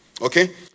Okay